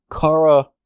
Kara